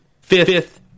fifth